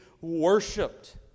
worshipped